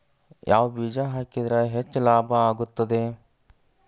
ಯಾವ ಬೇಜ ಹಾಕಿದ್ರ ಹೆಚ್ಚ ಲಾಭ ಆಗುತ್ತದೆ?